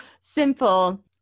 simple